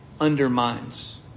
undermines